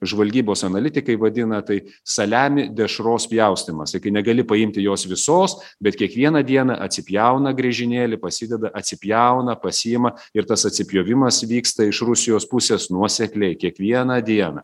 žvalgybos analitikai vadina tai saliami dešros pjaustymas i kai negali paimti jos visos bet kiekvieną dieną atsipjauna griežinėlį pasideda atsipjauna pasiima ir tas atsipjovimas vyksta iš rusijos pusės nuosekliai kiekvieną dieną